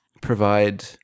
provide